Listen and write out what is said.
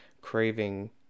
craving